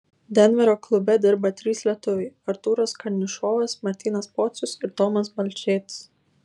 denverio klube dirba trys lietuviai artūras karnišovas martynas pocius ir tomas balčėtis